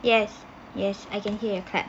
yes yes I can hear your clap